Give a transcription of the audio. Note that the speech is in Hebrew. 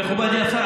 מכובדי השר,